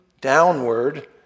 downward